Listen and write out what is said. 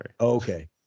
okay